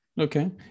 Okay